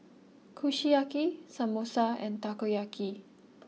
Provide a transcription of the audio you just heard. Kushiyaki Samosa and Takoyaki